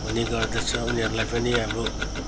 हुने गर्दछ उनीहरूलाई पनि अब